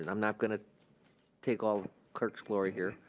and i'm not gonna take all kirk's glory here,